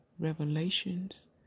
Revelations